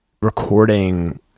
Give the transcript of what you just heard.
recording